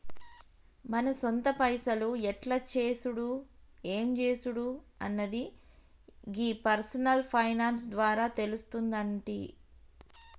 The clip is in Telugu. మన సొంత పైసలు ఎట్ల చేసుడు ఎం జేసుడు అన్నది గీ పర్సనల్ ఫైనాన్స్ ద్వారా తెలుస్తుందంటి